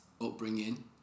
upbringing